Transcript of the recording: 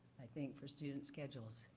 i think, for student's schedules.